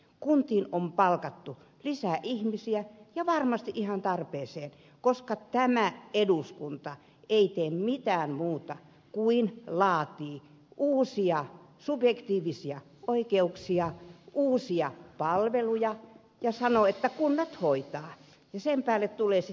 kuntiin on palkattu lisää ihmisiä ja varmasti ihan tarpeeseen koska tämä eduskunta ei tee mitään muuta kuin laatii uusia subjektiivisia oikeuksia uusia palveluja ja sanoo että kunnat hoitavat ja sen päälle tulevat sitten ne rahat